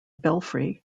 belfry